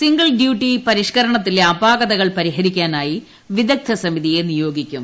single duty പരിഷ്ക്കരണത്തില്ക് അ്പാകതകൾ പരിഹരിക്കാനായി വിദഗ്ധസമിതിയെ നിയോഗിക്കും